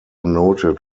noted